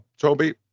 toby